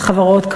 מס חברות,